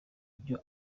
ibyo